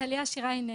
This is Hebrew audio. טליה שירה היא נס.